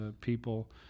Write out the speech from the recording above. people